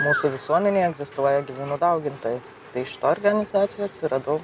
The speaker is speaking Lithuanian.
mūsų visuomenėje egzistuoja gyvūnų daugintojai tai šitoj organizacijų atsiradau